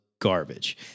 garbage